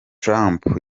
trump